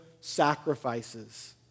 sacrifices